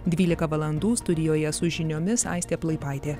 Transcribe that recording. dvylika valandų studijoje su žiniomis aistė plaipaitė